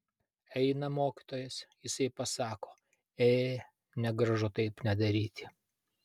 eina mokytojas jisai pasako ė negražu taip nedaryti